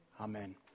Amen